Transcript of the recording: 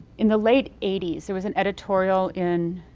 in the late eighty s, there was an editorial in